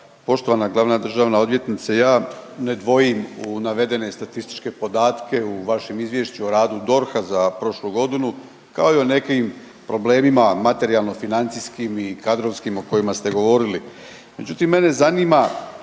Poštovana glavna državna odvjetnice, ja ne dvojim u navedene statističke podatke u vašem Izvješću o radu DORH-a za prošlu godinu, kao i o nekim problemima materijalno-financijskim i kadrovskim o kojima ste govorili,